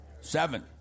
Seven